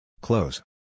Close